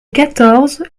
quatorze